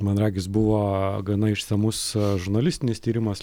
man regis buvo gana išsamus žurnalistinis tyrimas